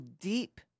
deep